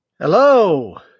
hello